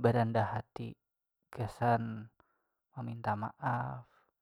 barendah hati gasan meminta maap.